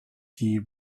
die